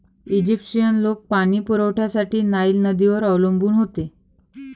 Egyptian लोक पाणी पुरवठ्यासाठी नाईल नदीवर अवलंबून होते